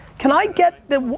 can i get the,